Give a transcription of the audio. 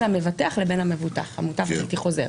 המבטח לבין המבוטח, המוטב הבלתי חוזר.